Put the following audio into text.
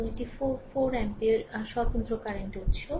এবং এটি 4 4 অ্যাম্পিয়ার আর স্বতন্ত্র কারেন্ট উত্স